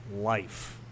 life